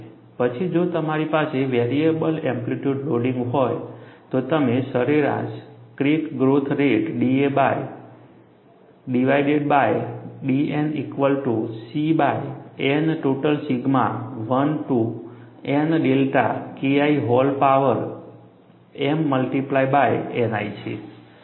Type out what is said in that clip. પછી જો તમારી પાસે વેરિયેબલ એમ્પ્લીટ્યુડ લોડિંગ હોય તો તમે સરેરાશ crack growth rate da bar divided by dN equal to C by N total sigma 1 to n delta Ki whole power m multiply by Ni છે